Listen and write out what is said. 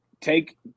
take